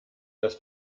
das